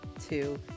two